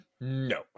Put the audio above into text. no